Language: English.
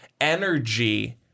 energy